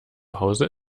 hause